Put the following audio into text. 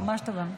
כן, ממש טובה.